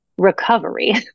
Recovery